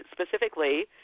specifically